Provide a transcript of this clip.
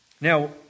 Now